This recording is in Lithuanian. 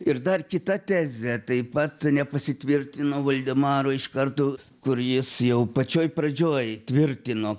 ir dar kita tezė taip pat nepasitvirtino voldemaro iš karto kur jis jau pačioj pradžioj tvirtino